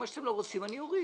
מה שאתם לא רוצים אני אוריד,